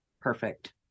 Perfect